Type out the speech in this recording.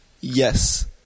Yes